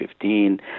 2015